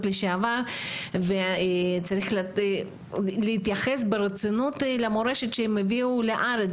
לשעבר וצריך להתייחס ברצינות למורשת שהם הביאו לארץ,